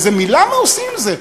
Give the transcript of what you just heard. איזה מילה מה עושים עם זה.